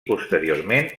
posteriorment